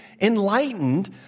enlightened